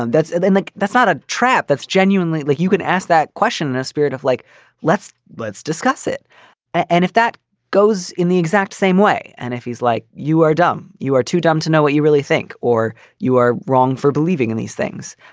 and that's it then. like that's not a trap that's genuine lately. you can ask that question in a spirit of like let's let's discuss it and if that goes in the exact same way. and if he's like, you are dumb, you are too dumb to know what you really think or you are wrong for believing in these things.